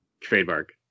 Trademark